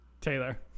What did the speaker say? Taylor